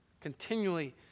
continually